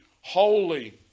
holy